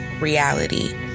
Reality